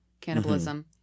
cannibalism